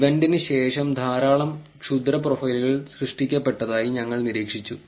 ഇവന്റിന് ശേഷം ധാരാളം ക്ഷുദ്ര പ്രൊഫൈലുകൾ സൃഷ്ടിക്കപ്പെട്ടതായി ഞങ്ങൾ നിരീക്ഷിച്ചു